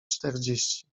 czterdzieści